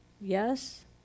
Yes